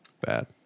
bad